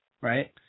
right